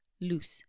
Loose